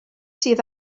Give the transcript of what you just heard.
sydd